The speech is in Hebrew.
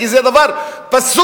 כי זה דבר פסול,